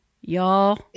y'all